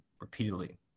repeatedly